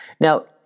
Now